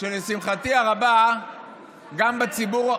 שלשמחתי הרבה גם בציבור,